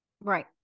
Right